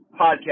Podcast